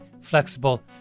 flexible